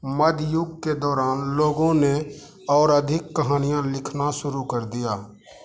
मध्य युग के दौरान लोगों ने और अधिक कहानियाँ लिखना शुरू कर दिया